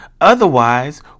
Otherwise